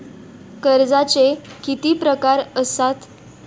कर्जाचे किती प्रकार असात?